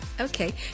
Okay